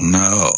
no